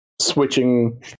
switching